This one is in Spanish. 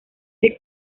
the